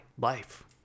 life